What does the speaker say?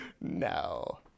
No